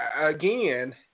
Again